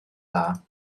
dda